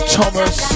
Thomas